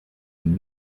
and